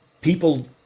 people